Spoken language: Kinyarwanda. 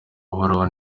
buhoraho